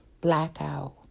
blackout